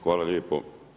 Hvala lijepo.